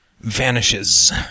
vanishes